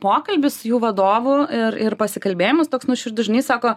pokalbis su jų vadovu ir ir pasikalbėjimas toks nuoširdus žinai sako